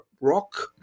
rock